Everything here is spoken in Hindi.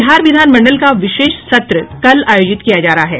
बिहार विधान मंडल का विशेष सत्र कल आयोजित किया जा रहा है